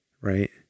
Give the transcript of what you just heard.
Right